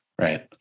right